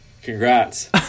Congrats